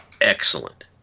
excellent